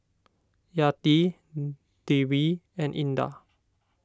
Yati Dewi and Indah